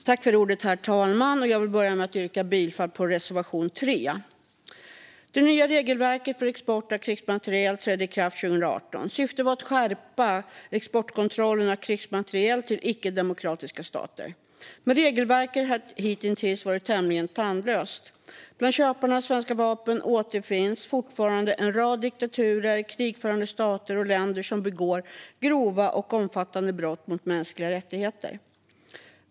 Herr talman! Jag vill börja med att yrka bifall till reservation 3. Det nya regelverket för export av krigsmateriel trädde i kraft 2018. Syftet var att skärpa exportkontrollen av krigsmateriel till icke-demokratiska stater, men regelverket har hittills varit tämligen tandlöst. Bland köparna av svenska vapen återfinns fortfarande en rad diktaturer, krigförande stater och länder som begår grova och omfattande brott mot mänskliga rättigheter.